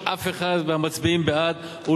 טוב, תודה רבה.